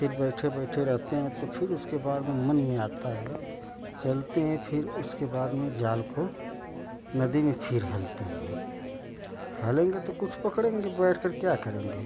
फिर बैठे बैठ रहते है तो फिर उसके बाद में मन में आता है चलते हैं फिर उसके बाद में जाल को नदी में चीर डालते हैं हलेंगे तो कुछ पकड़ेंगे बैठ कर क्या करेंगे